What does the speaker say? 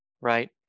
right